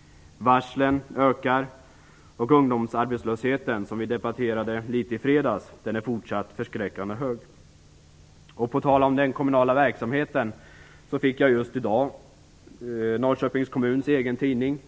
Antalet varsel ökar. Ungdomsarbetslösheten, som vi debatterade i fredags, är fortsatt förskräckande hög. På tal om den kommunala verksamheten, fick jag just i dag Norrköpings kommuns egen tidning,